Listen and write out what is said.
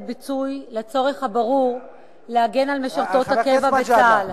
ביטוי לצורך הברור להגן על משרתות הקבע בצה"ל.